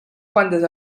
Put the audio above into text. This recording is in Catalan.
quantes